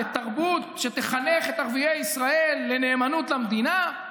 לתרבות שתחנך את ערביי ישראל לנאמנות למדינה,